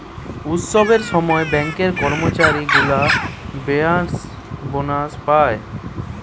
উৎসবের সময় ব্যাঙ্কের কর্মচারী গুলা বেঙ্কার্স বোনাস পায়